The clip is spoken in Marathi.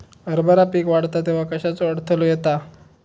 हरभरा पीक वाढता तेव्हा कश्याचो अडथलो येता?